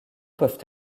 peuvent